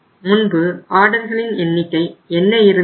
முன்பு ஆர்டர்களின் எண்ணிக்கை என்ன இருந்தது